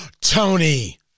Tony